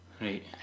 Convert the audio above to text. Right